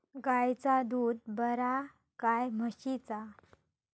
गायचा दूध बरा काय म्हशीचा?